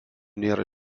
nėra